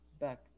back